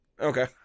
Okay